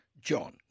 John